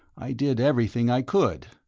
i did everything i could.